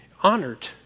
honored